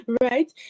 right